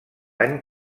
any